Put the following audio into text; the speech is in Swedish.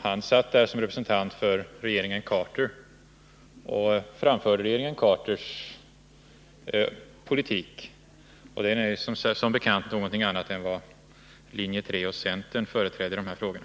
Han var med som representant för regeringen Carter och framförde regeringen Carters politik, vilken som bekant är någonting annat än den som linje 3 och centern företräder i de här frågorna.